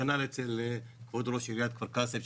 כנ"ל אצל כבוד ראש עיריית כפר קאסם,